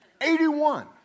81